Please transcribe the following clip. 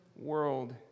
world